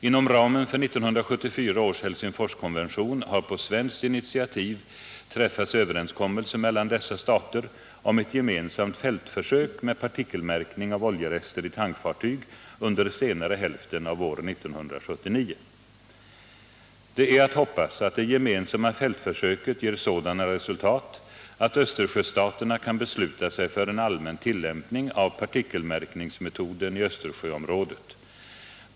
Inom ramen för 1974 års Helsingforskonvention har på svenskt initiativ träffats överenskommelse mellan dessa stater om ett gemensamt fältförsök med partikelmärkning av oljerester i tankfartyg under senare hälften av år 1979. Det är att hoppas att det gemensamma fältförsöket ger sådana resultat att Östersjöstaterna kan besluta sig för en allmän tillämpning av partikelmärkningsmetoden i Östersjöområdet.